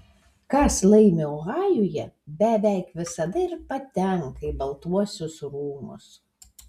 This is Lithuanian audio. kas laimi ohajuje beveik visada ir patenka į baltuosius rūmus